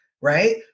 right